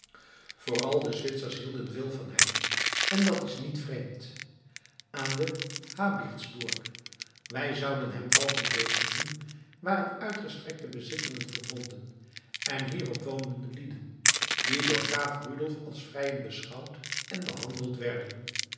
vooral de zwitsers hielden veel van hem en dat is niet vreemd aan den habichtsburg wij zouden hem valkenburg noemen waren uitgestrekte bezittingen verbonden en hierop woonden lieden die door graaf rudolf als vrijen beschouwd en behandeld werden